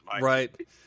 Right